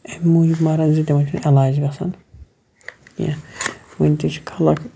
امہِ موٗجُب مَران زِ تِمَن چھُ نہٕ علاج گَژھان کینٛہہ وٕنۍ تہِ چھِ خَلَق